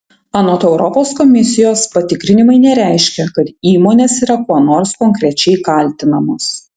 anot europos komisijos patikrinimai nereiškia kad įmonės yra kuo nors konkrečiai kaltinamos